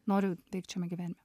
noriu veikt šiame gyvenime